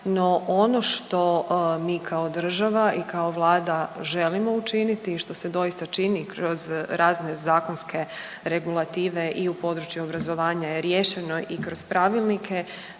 no ono što mi kao država i kao Vlada želimo učiniti i što se doista čini kroz razne zakonske regulative i u području obrazovanja je riješeno i kroz pravilnike,